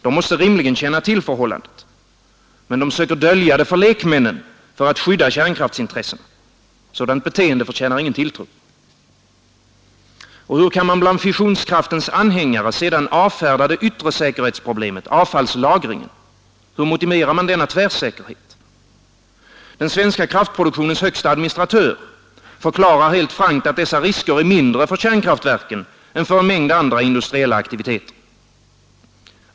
De måste rimligen känna till förhållandet. Men de söker dölja det för lekmännen för att skydda kärnkraftsintressena. Sådant beteende förtjänar ingen tilltro. Och hur kan man bland fissionskraftens anhängare sedan avfärda det yttre säkerhetsproblemet, avfallslagringen? Hur motiverar man denna tvärsäkerhet? Den svenska kraftproduktionens högste administratör förklarar helt frankt att dessa risker är mindre för kärnkraftverken än för en mängd andra industriella aktiviteter.